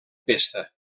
pesta